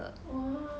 !wow!